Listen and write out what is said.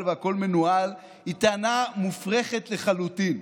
והכול מנוהל היא טענה מופרכת לחלוטין.